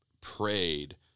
prayed